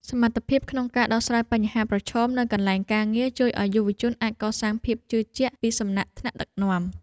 សមត្ថភាពក្នុងការដោះស្រាយបញ្ហាប្រឈមនៅកន្លែងការងារជួយឱ្យយុវជនអាចកសាងភាពជឿជាក់ពីសំណាក់ថ្នាក់ដឹកនាំ។